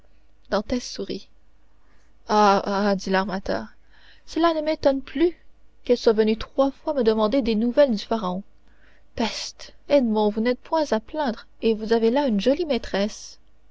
mercédès dantès sourit ah ah dit l'armateur cela ne m'étonne plus qu'elle soit venue trois fois me demander des nouvelles du pharaon peste edmond vous n'êtes point à plaindre et vous avez là une jolie maîtresse